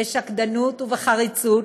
בשקדנות ובחריצות,